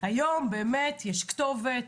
היום יש כתובת.